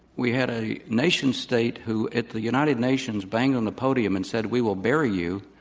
we had a nation state who, if the united nations banged on the podium and said, we will bury you,